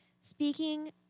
Speaking